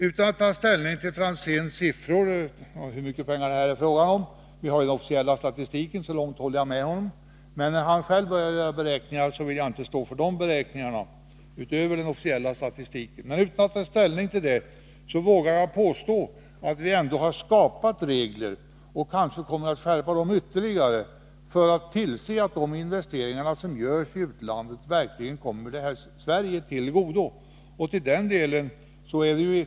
Utan att ta ställning till Tommy Franzéns uppgifter om hur mycket pengar det här är fråga om — vi har ju den officiella statistiken och så långt håller jag med honom, men jag vill inte stå för de beräkningar han själv gör — vågar jag påstå att vi ändå har skapat regler, och kanske kommer att skärpa dem ytterligare, för att tillse att de investeringar som görs i utlandet verkligen kommer Sverige till godo.